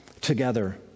together